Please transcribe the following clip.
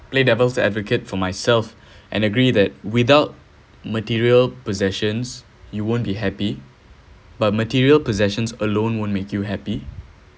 play devil's advocate for myself and agree that without material possessions you won't be happy but material possessions alone won't make you happy